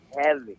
heavy